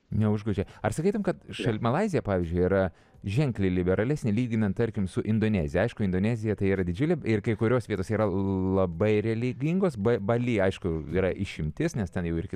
neužgožia ar sakytum kad šamalaizija pavyzdžiui yra ženkliai liberalesnė lyginant tarkim su indonezija aišku indonezija tai yra didžiulė ir kai kurios vietos yra labai religingos ba bali aišku yra išimtis nes ten jau ir kita